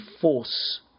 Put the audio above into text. force